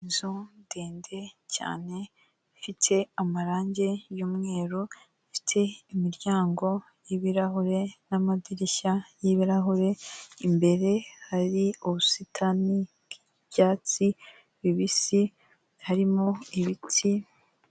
Inzu ndende cyane ifite amarangi y'umweru, ifite imiryango y'ibirahure n'amadirishya y'ibirahure, imbere hari ubusitani bw'ibyatsi bibisi, harimo ibiti.